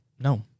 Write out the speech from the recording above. No